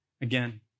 again